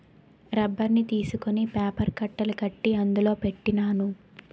రబ్బర్ని తీసుకొని పేపర్ కట్టలు కట్టి అందులో పెట్టినాను